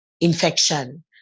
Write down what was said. infection